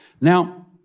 Now